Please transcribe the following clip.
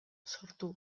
sortu